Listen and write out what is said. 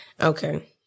okay